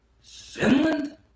Finland